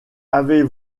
avez